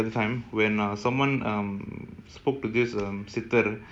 no no no அதெப்படிதுணியில்லாமஆளுங்கபார்ப்பாங்க:adhepdi thuni illama aalunga parpanga